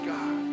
God